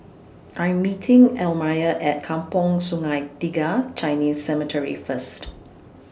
I Am meeting Elmire At Kampong Sungai Tiga Chinese Cemetery First